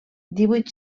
divuit